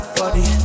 body